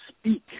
speak